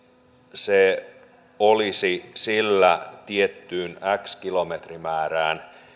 se olisi sillä tiettyyn x kilometrimäärään asti